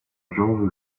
georges